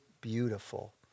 beautiful